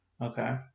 Okay